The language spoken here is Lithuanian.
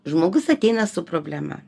žmogus ateina su problema